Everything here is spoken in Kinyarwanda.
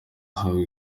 ahabwa